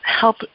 help